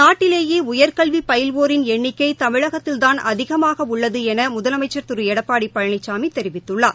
நாட்டிலேயேஉயர்கல்விபயில்வோரின் எண்ணிக்கைதமிழகத்தில்தான் அதிகமாகஉள்ளதுஎனமுதலமைச்சர் திருஎடப்பாடிபழனிசாமிதெரிவித்துள்ளார்